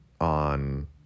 on